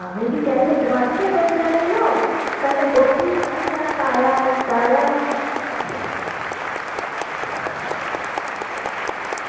हां मिगी चाहिदे न टमाचर पंदरां किलो कन्नै गोभी चाहिदा ताज़ा ताज़ा गै